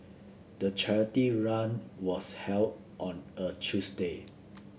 the charity run was held on a Tuesday